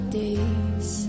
days